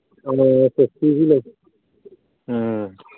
ꯎꯝ